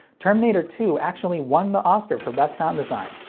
terminator two actually won the oscar for best sound design,